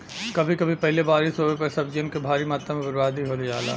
कभी कभी पहिले बारिस होये पर सब्जियन क भारी मात्रा में बरबादी हो जाला